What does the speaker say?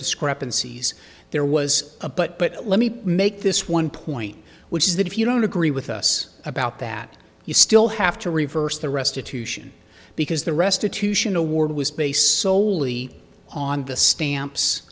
discrepancies there was a but let me make this one point which is that if you don't agree with us about that you still have to reverse the restitution because the restitution award was based soley on the stamps